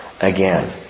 again